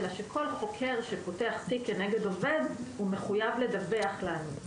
אלא שכל חוקר שפותח תיק כנגד עובד מחויב לדווח לנו.